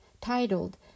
titled